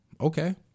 Okay